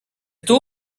two